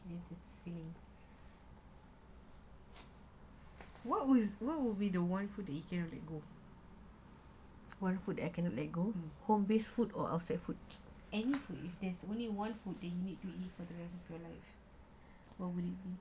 guess it's fate what would be the one food that you can't let go any food if there's only one food that you need to eat for the rest of your lives what would it be